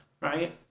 Right